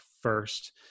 first